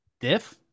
Diff